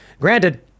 Granted